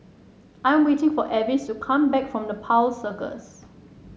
I am waiting for Avis to come back from the Nepal Circus